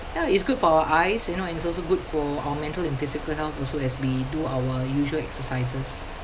ya it's good for our eyes you know and it's also good for our mental and physical health also as we do our usual exercises